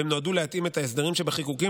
והם נועדו להתאים את ההסדרים שבחיקוקים